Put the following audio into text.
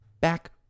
back